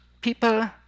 People